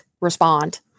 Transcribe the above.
respond